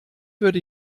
würde